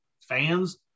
fans